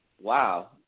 wow